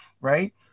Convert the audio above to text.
right